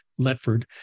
Letford